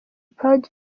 proud